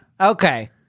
Okay